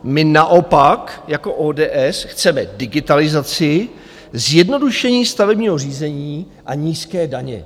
My naopak jako ODS chceme digitalizaci, zjednodušení stavebního řízení a nízké daně.